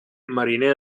mariner